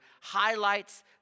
highlights